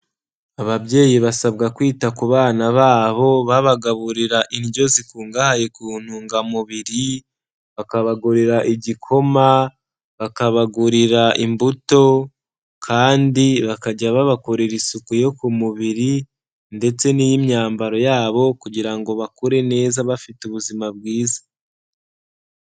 Ababyeyi basabwa kwita ku bana babo, babagaburira indyo zikungahaye ku ntungamubiri, bakabagurira igikoma, bakabagurira imbuto, kandi bakajya babakorera isuku yo ku mubiri, ndetse n'iy'imyambaro yabo kugira ngo bakure neza bafite ubuzima bwiza.